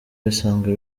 bisanzwe